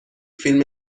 فیلم